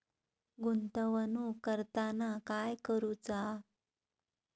गुंतवणूक करताना काय करुचा?